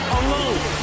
alone